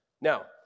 Now